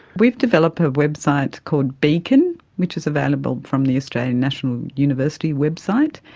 we've developed a website called beacon, which is available from the australian national university website,